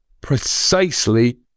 precisely